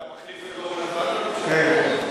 אתה מחליט בתור, כן.